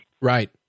Right